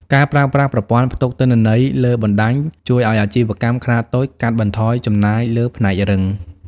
ការប្រើប្រាស់ប្រព័ន្ធផ្ទុកទិន្នន័យលើបណ្ដាញជួយឱ្យអាជីវកម្មខ្នាតតូចកាត់បន្ថយចំណាយលើផ្នែករឹង។